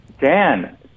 Dan